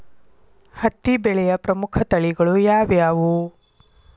ಹತ್ತಿ ಬೆಳೆಯ ಪ್ರಮುಖ ತಳಿಗಳು ಯಾವ್ಯಾವು?